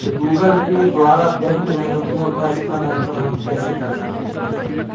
Google Pay द्वारा bank में रुपयों का स्थानांतरण हम कैसे कर सकते हैं?